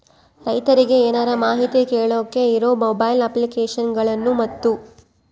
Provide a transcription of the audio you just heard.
ರೈತರಿಗೆ ಏನರ ಮಾಹಿತಿ ಕೇಳೋಕೆ ಇರೋ ಮೊಬೈಲ್ ಅಪ್ಲಿಕೇಶನ್ ಗಳನ್ನು ಮತ್ತು?